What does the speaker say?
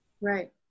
Right